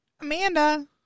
Amanda